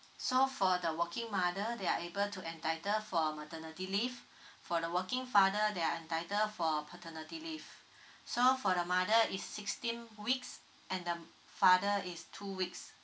so for the working mother they are able to entitle for maternity leave for the working father they are entitle for paternity leave so for the mother is sixteen weeks and the m~ father is two weeks